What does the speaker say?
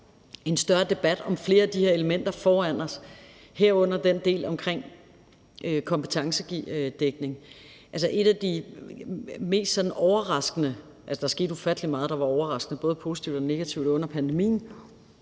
en større debat om flere af de her elementer foran os, herunder den del om kompetencedækning. Noget af det sådan mest overraskende – altså, der skete ufattelig meget, der var overraskende, både positivt og negativt, under pandemien